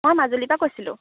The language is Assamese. মই মাজুলীৰপৰা কৈছিলোঁ